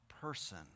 person